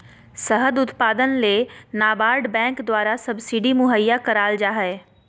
शहद उत्पादन ले नाबार्ड बैंक द्वारा सब्सिडी मुहैया कराल जा हय